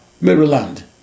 maryland